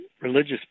religious